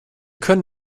können